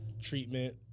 treatment